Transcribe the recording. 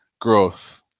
growth